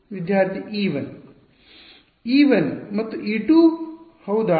ವಿದ್ಯಾರ್ಥಿ e1 e1 ಮತ್ತು e2 ಹೌದಾ